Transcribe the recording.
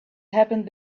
happened